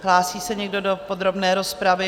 Hlásí se někdo do podrobné rozpravy?